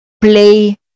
Play